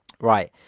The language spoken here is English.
Right